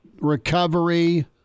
recovery